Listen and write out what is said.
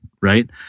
right